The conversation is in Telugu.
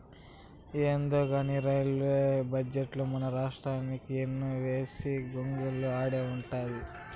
యాందో కానీ రైల్వే బడ్జెటుల మనరాష్ట్రానికి ఎక్కడ వేసిన గొంగలి ఆడే ఉండాది